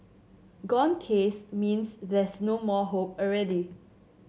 gone case means there's no more hope already